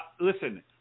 Listen